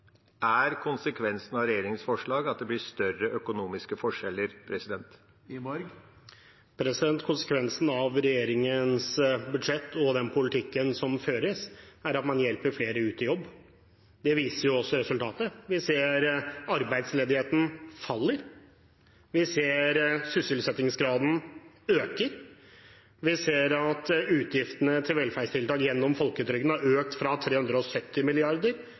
forskjeller? Konsekvensen av regjeringens budsjett og den politikken som føres, er at man hjelper flere ut i jobb. Det viser også resultatet. Vi ser at arbeidsledigheten faller. Vi ser at sysselsettingsgraden øker. Vi ser at utgiftene til velferdstiltak gjennom folketrygden har økt fra 370